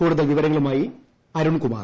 കൂടുതൽ വിവരങ്ങളുമായി അരുൺകുമാർ